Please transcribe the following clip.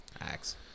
Axe